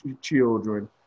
children